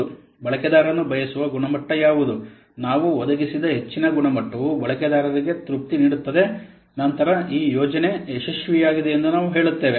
ಬಳಕೆದಾರನು ಬಯಸುವ ಗುಣಮಟ್ಟ ಯಾವುದು ನಾವು ಒದಗಿಸಿದ ಹೆಚ್ಚಿನ ಗುಣಮಟ್ಟವು ಬಳಕೆದಾರರಿಗೆ ತೃಪ್ತಿ ನೀಡುತ್ತದೆ ನಂತರ ಈ ಯೋಜನೆ ಯಶಸ್ವಿಯಾಗಿದೆ ಎಂದು ನಾವು ಹೇಳುತ್ತೇವೆ